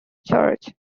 church